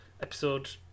episode